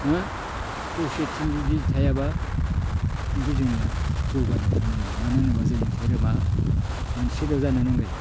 ओ खौसेथि जुदि थायाब्ला खिन्थु जोंनिया जौगानायाव थांनाय नङा मानो होनोब्ला जोंनिया धोरोमा मोनसेल' जानो नांगोन